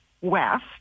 west